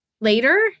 later